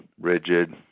rigid